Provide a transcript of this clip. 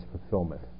fulfillment